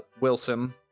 Wilson